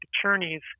attorneys